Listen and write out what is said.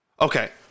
Okay